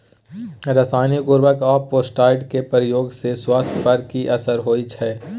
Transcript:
रसायनिक उर्वरक आ पेस्टिसाइड के प्रयोग से स्वास्थ्य पर कि असर होए छै?